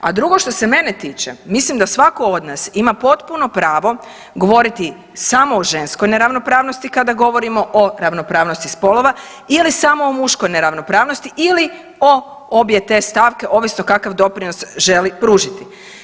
A drugo što se mene tiče, mislim da svako od nas ima potpuno pravo govoriti samo o ženskoj neravnopravnosti kada govorimo o ravnopravnosti spolova ili samo o muškoj neravnopravnosti ili o obje te stavke ovisno kakav doprinos želi pružiti.